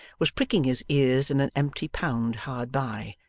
was pricking his ears in an empty pound hard by,